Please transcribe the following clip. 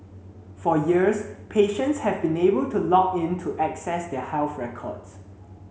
for years patients have been able to log in to access their health records